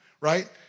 right